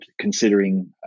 considering